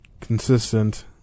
consistent